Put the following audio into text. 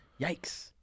Yikes